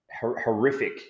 horrific